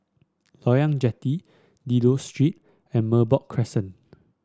Loyang Jetty Dido Street and Merbok Crescent